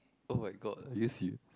oh-my-god yes you